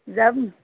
যাম